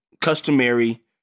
customary